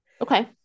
okay